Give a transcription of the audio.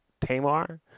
Tamar